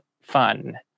fun